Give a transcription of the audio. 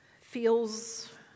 feels